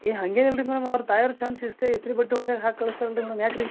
ಏಯ್ ಹಂಗೇನು ಇಲ್ರಿ ಮೇಡಮ್ ಅವ್ರ ತಾಯವ್ರು ಶಿಸ್ತೇ ಐತಿ ಒಗೆದೇ ಹಾಕಿ ಕಳಿಸ್ತಾರಲ್ರಿ ಮೇಡಮ್ ಯಾಕೆ ರೀ